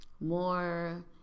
more